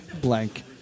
blank